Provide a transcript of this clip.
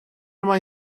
mai